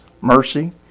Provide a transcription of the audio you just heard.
mercy